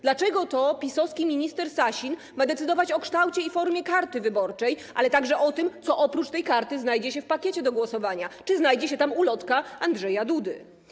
Dlaczego to PiS-owski minister Sasin ma decydować o kształcie i formie karty wyborczej, ale także o tym, co oprócz tej karty znajdzie się w pakiecie do głosowania, czy znajdzie się tam ulotka Andrzeja Dudy?